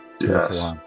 Yes